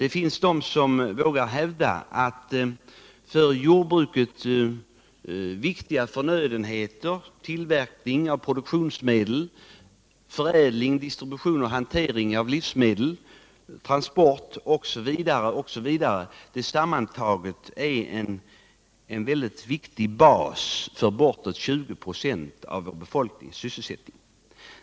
Jag vill hävda att för jordbruket viktiga förnödenheter, tillverkning av produktionsmedel, förädling, distribution och hantering av livsmedel, transporter osv. tillsammantaget utgör en mycket viktig bas för bortåt 20 26 av vår befolknings sysselsättning.